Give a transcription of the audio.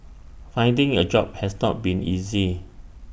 finding A job has not been easy